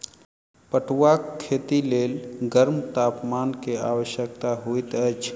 पटुआक खेती के लेल गर्म तापमान के आवश्यकता होइत अछि